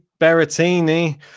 Berrettini